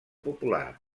popular